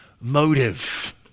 motive